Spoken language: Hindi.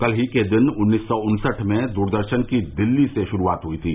कल ही के दिन उन्नीस सौ उन्सठ में दूरदर्शन की दिल्ली से शुरूआत हुई थी